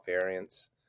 variants